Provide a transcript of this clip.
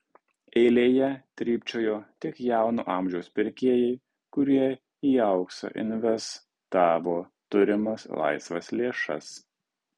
eilėje trypčiojo tik jauno amžiaus pirkėjai kurie į auksą investavo turimas laisvas lėšas